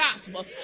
gospel